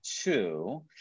two